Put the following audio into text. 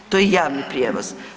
To je javni prijevoz.